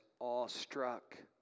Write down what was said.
awestruck